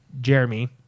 Jeremy